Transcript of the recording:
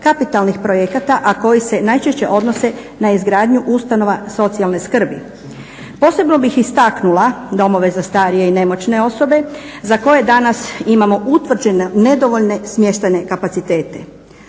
kapitalnih projekata a koji se najčešće odnose na izgradnju ustanova socijalne skrbi. Posebno bih istaknula domove za starije i nemoćne osobe za koje danas imamo utvrđene nedovoljne smještajne kapacitete.